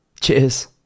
Cheers